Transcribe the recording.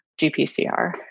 GPCR